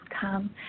come